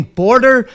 border